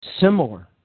similar